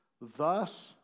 thus